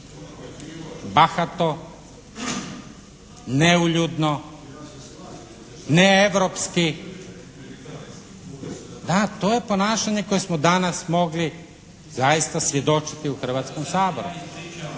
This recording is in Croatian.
bahato, neuljudno, neeuropski. Da, to je ponašanje koje smo danas mogli zaista svjedočiti u Hrvatskom saboru.